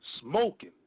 Smoking